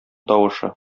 тавышы